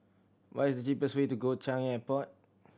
what is the cheapest way to Changi Airport